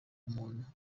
umuntu